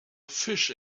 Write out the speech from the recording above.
fish